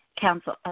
Council